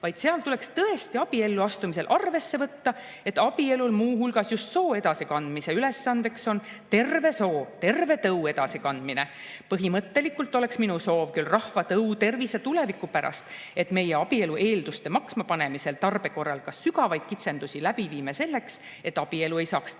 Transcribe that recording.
vaid seal tuleks tõesti abielluastumisel arvesse võtta, et abielul muu hulgas just soo edasikandmine ülesandeks on, terve soo, terve tõu edasikandmine. Põhimõttelikult oleks minu soov küll rahva tõu tervise tuleviku pärast, et meie abielu eelduste maksmapanemisel tarbekorral ka sügavaid kitsendusi läbi viime, selleks et abielu ei saaks tõu